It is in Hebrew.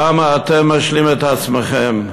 למה אתם משלים את עצמכם?